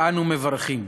אנו מברכים: